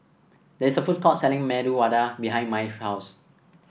there's a food court selling Medu Vada behind Mai's house